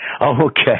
Okay